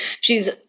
shes